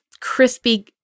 crispy